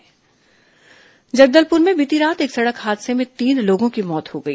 दुर्घटना जगलदपुर में बीती रात एक सड़क हादसे में तीन लोगों की मौत हो गई